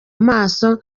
amaso